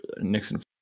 Nixon